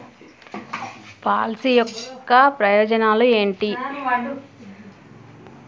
Policy యొక్క ప్రయోజనాలు ఏమిటి?